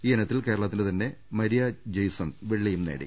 ഈയിനത്തിൽ കേരളത്തിന്റെ തന്നെ മരിയ ജയ്സൺ വെള്ളിയും നേടി